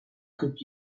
kırk